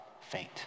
faint